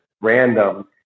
random